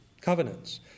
covenants